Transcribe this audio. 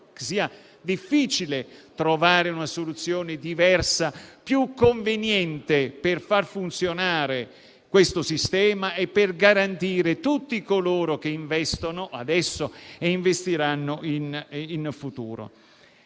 sia difficile trovare una soluzione diversa e più conveniente per far funzionare questo sistema e garantire tutti coloro che investono adesso e investiranno in futuro.